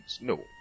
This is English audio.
No